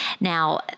Now